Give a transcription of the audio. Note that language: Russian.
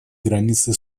границы